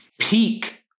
peak